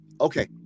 okay